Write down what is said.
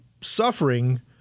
suffering